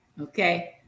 Okay